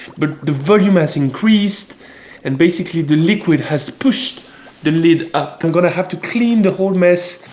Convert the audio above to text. but, the volume has increase and basically the liquid has pushed the lid up. i'm gonna have to clean the whole mess.